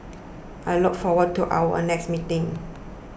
I look forward to our next meeting